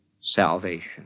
salvation